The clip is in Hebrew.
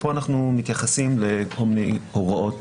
כאן אנחנו מתייחסים לכל מיני הוראות